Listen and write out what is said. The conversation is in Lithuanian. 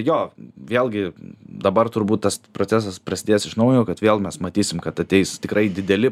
jo vėlgi dabar turbūt tas procesas prasidės iš naujo kad vėl mes matysim kad ateis tikrai dideli